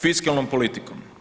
Fiskalnom politikom.